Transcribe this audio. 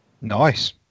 Nice